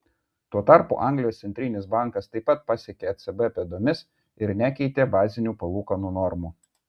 tuo tarpu anglijos centrinis bankas taip pat pasekė ecb pėdomis ir nekeitė bazinių palūkanų normų